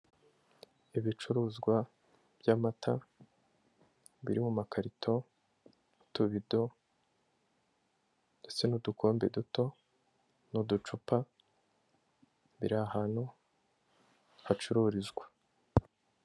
Ibicuruzwa by'amata biri mu makarito, utubido ndetse n'udukombe duto n'uducupa, biri ahantu hacururizwa.